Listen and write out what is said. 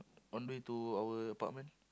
on the way to our apartment